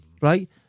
Right